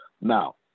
now